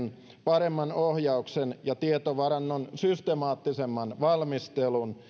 paremman ohjauksen ja tietovarannon systemaattisemman valmistelun